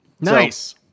Nice